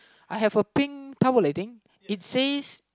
I have a pink towel I think it says